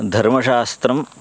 धर्मशास्त्रम्